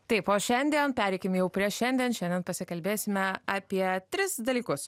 taip o šiandien pereikim jau prie šiandien šiandien pasikalbėsime apie tris dalykus